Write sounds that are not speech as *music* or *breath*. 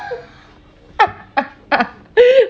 *laughs* *breath*